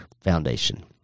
foundation